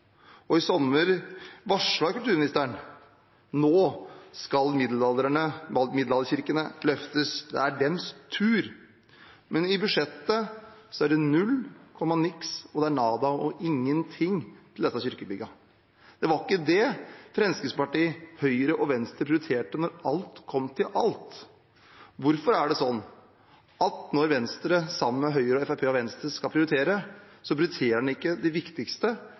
Og i sommer varslet kulturministeren at nå skal middelalderkirkene løftes, det er deres tur, men i budsjettet er det null og niks, det er nada og ingenting til disse kirkebyggene. Det var ikke dét Fremskrittspartiet, Høyre og Venstre prioriterte når alt kom til alt. Hvorfor er det sånn at når Venstre, Høyre og Fremskrittspartiet skal prioritere, så prioriterer en ikke det viktigste,